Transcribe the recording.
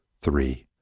Three